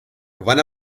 gewann